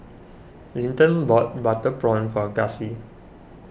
Linton bought Butter Prawn for Gussie